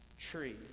tree